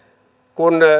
kun